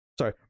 Sorry